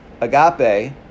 Agape